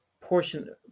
portion